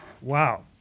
Wow